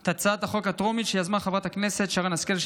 את הצעת החוק הטרומית שיזמה חברת הכנסת שרן השכל,